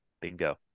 Bingo